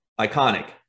iconic